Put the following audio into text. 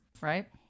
right